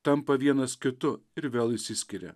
tampa vienas kitu ir vėl išsiskiria